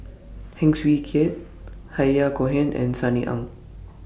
Heng Swee Keat Yahya Cohen and Sunny Ang